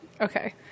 Okay